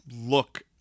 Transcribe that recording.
look